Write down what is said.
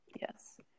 Yes